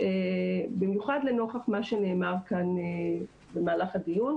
במיוחד לנוכח מה שנאמר כאן במהלך הדיון.